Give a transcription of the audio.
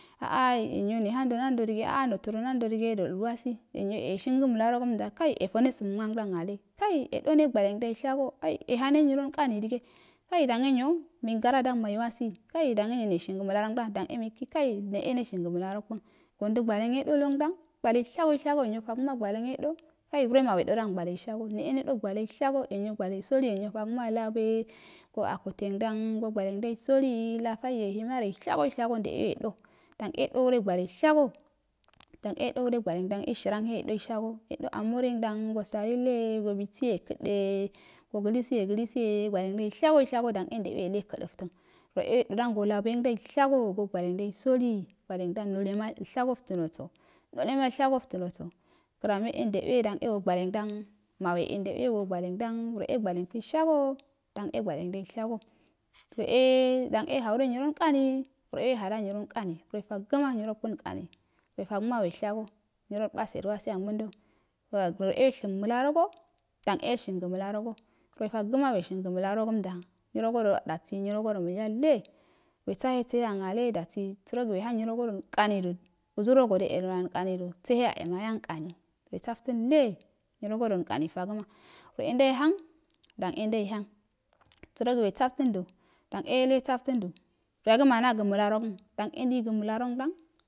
A a enyo nehando nando dige notodo nanduse el wabi enyo e shingə əlarrogoəmda yefone samanga ngadan ale yedone gwalengdan shago ai. yedone gwalengangdan shago hai ye hane nyrolnkani dige hai dan enyo men gara dan maiwshi hai dom enyo neshigo məlarangdan hai dan migi ne shingə məlarongdan wrede wegigi weshingə məlarokun gondə gwalen yedo lengdan gwalen shaga shago enyotaga ma gwalen yedo kai nureuna wedodan gwehenghasa ne e nedo gwaleto hasa enyo togama gwale sali enyofogama labaye so akal ngadan so gwaleng dan soli lafaiye him aryenshaso shago nde uwe yedo dane yedou re gwaleishago dane yedoure gwalen yashur amhe yedoishaso almor engdam go sarulengdan go bisuye kədede go galgsə ye gələsig gwalengdan shago ishagoo don e ndeuwe yelu yekə dəftan wre e wedon gwalengdan shago so laboingadonai shago gwalengdan boli gwalengdan nolemai shago tanoso nalemai shago naso grameye e ndewe so gwale ngdan mawe e ndeuwe go gwalengdam wre e gwalenkun ishhago dan e gwalengdan ishago wre e dan e aure nyurorikani wre e hadan nyiralnkari wre togama nyironkuin inkani wre e weshingə məlare go dan e yenshinga malaro go wre tagama wweshungo malarogo nyrogo do dabi nywogo mai yale we sati es sehe yangaule dasi saroyi wehan nyiro godoinkamido uzurogo do mai yankanidu sehe your mayan kari sehe you mayan kani uwe safton le nyiroinkami togama wre e dawe hour dow endechan sə rogi wesoftodu dome yelu yebot əndu yagima nga məlarogən dan endeigə məlarongdan,